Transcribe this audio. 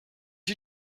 you